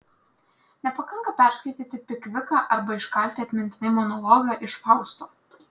nepakanka perskaityti pikviką arba iškalti atmintinai monologą iš fausto